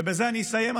בזה אני אסיים,